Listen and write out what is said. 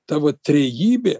ta va trejybė